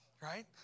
right